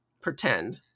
pretend